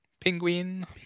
Penguin